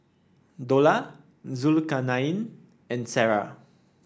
Dollah Zulkarnain and Sarah